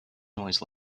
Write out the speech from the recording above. noise